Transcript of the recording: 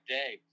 day